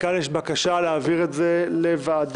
נשמעה הקריאה לרוויזיה.